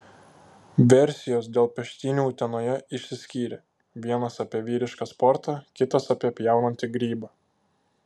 versijos dėl peštynių utenoje išsiskyrė vienas apie vyrišką sportą kitas apie pjaunantį grybą